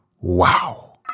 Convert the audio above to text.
Wow